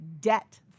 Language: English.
debt